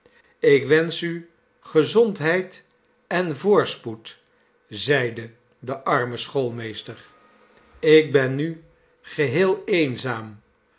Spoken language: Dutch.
ik wensch u gezondheid en voorspoed zeide de arme schoolmeester ik ben nu geheel eenzaam